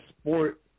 sport